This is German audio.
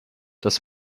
das